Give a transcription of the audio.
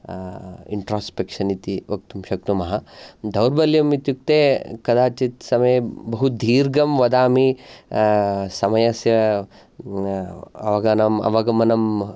introspection इति वक्तुं शक्नुमः दौर्बल्यम् इत्युक्ते कदाचित् समये बहु दीर्घं वदामि समयस्य अवगनम् अवगमनं